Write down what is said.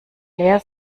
leer